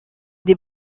des